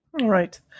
right